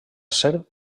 serp